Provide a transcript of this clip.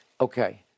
Okay